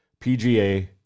PGA